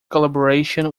collaboration